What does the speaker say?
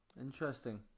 Interesting